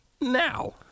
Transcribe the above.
now